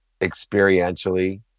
experientially